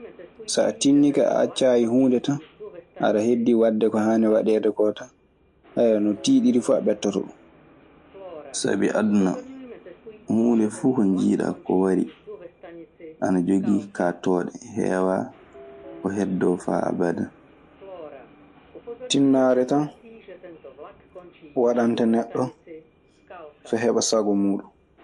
So a tinnike a accaayi huunde tan, aɗe heddi ko haani waɗeede koo tan. No tiiɗiri fuu a ɓettoto ɗun. Sabi aduna, huunde fuu ko njiiɗaa ko wari, ana jogii kaaɗtooɗe, heewaa ko heddoo faa abada. Tinnaare tan waɗanta neɗɗo so heɓa sago muuɗun.